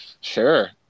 sure